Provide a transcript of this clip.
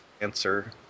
answer